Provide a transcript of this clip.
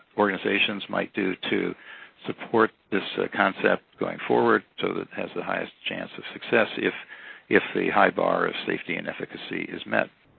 organizations might do to support this concept going forward so it has the highest chance of success if if the high bar of safety and efficacy is met.